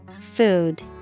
Food